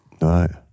Right